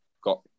got